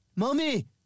Mommy